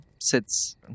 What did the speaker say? sits